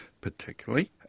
particularly